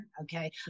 okay